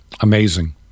Amazing